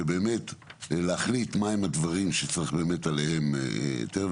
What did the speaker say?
שבאמת להחליט מה הם הדברים שצריך עליהם היתר.